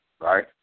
right